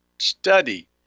study